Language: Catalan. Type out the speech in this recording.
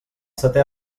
seté